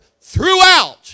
throughout